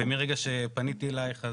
ומהרגע שפניתי אליך,